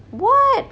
what